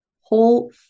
whole